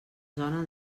zona